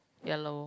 ya lor